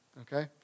Okay